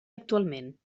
actualment